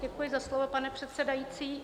Děkuji za slovo, pane předsedající.